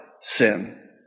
sin